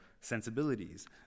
sensibilities